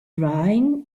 rhine